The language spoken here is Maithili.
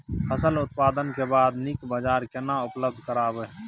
फसल उत्पादन के बाद नीक बाजार केना उपलब्ध कराबै?